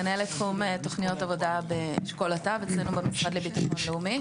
מנהלת תחום תוכניות עבודה באשכול את"ב במשרד לביטחון לאומי.